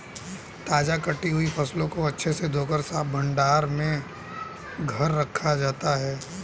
ताजा कटी हुई फसलों को अच्छे से धोकर साफ भंडार घर में रखा जाता है